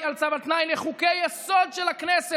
על צו על תנאי לחוקי-יסוד של הכנסת,